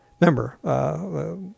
Remember